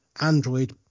Android